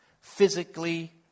physically